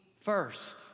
first